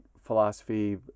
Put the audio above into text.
philosophy